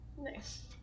Nice